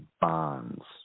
bonds